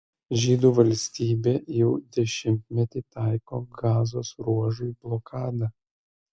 žydų valstybė jau dešimtmetį taiko gazos ruožui blokadą